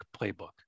playbook